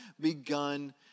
begun